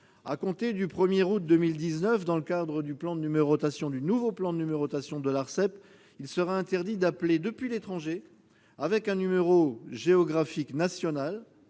à compter du 1 août 2019, dans le cadre du nouveau plan de numérotation de l'Arcep, il sera interdit d'appeler depuis l'étranger avec un numéro géographique national,